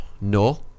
no